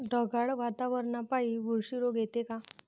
ढगाळ वातावरनापाई बुरशी रोग येते का?